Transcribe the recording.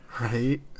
Right